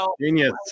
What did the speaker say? Genius